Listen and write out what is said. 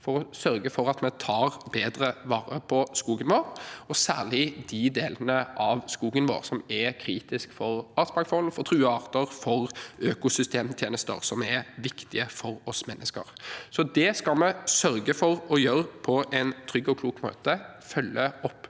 for å sørge for at vi tar bedre vare på skogen vår, og særlig de delene av skogen som er kritisk for artsmangfold, for truede arter og for økosystemtjenester som er viktige for oss mennesker. Det skal vi sørge for å gjøre på en trygg og klok måte og følge opp